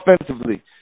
offensively